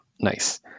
Nice